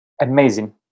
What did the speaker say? Amazing